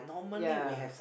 ya